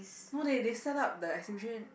no they they set up the exhibition